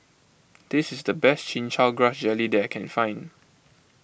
this is the best Chin Chow Grass Jelly that I can find